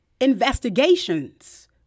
investigations